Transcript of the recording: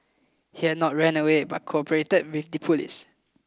he had not run away but cooperated with the police